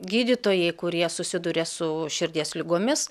gydytojai kurie susiduria su širdies ligomis